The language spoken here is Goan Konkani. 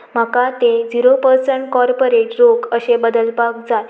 म्हाका तें झिरो पर्संन कॉर्पोरेट रोग अशें बदलपाक जाय